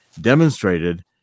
demonstrated